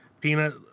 Peanut